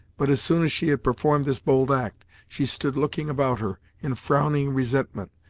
but, as soon as she had performed this bold act, she stood looking about her, in frowning resentment,